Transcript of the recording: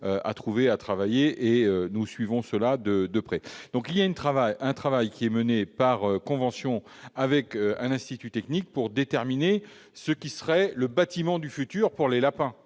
à trouver, à travailler. Nous suivons cela de près. Un travail est mené par convention avec un institut technique pour déterminer ce qui serait le bâtiment du futur pour les lapins.